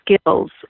skills